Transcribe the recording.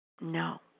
No